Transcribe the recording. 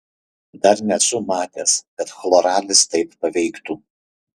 dar nesu matęs kad chloralis taip paveiktų